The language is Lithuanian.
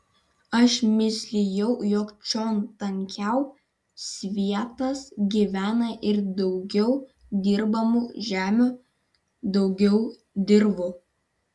aš mislijau jog čion tankiau svietas gyvena ir daugiau dirbamų žemių daugiau dirvų